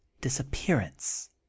disappearance